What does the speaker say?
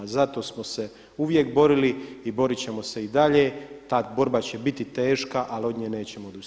Zato smo se uvijek borili i boriti ćemo se i dalje, ta borba će biti teška ali od nje nećemo odustati.